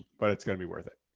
but it's gonna be worth it.